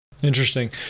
Interesting